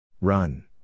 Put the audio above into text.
Run